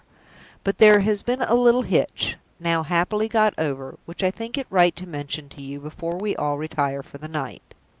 but there has been a little hitch now happily got over which i think it right to mention to you before we all retire for the night.